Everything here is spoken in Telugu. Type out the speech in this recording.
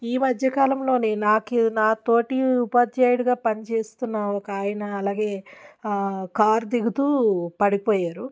ఈ మధ్యకాలంలోనే నాకి నా తోటి ఉపాధ్యాయుడుగా పనిచేస్తున్న ఒక ఆయన అలాగే కార్ దిగుతూ పడిపోయారు